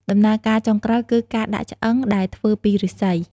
ដំណើរការចុងក្រោយគឺ ការដាក់ឆ្អឹង ដែលធ្វើពីឫស្សី។